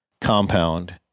compound